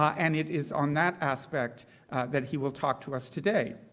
ah and it is on that aspect that he will talk to us today,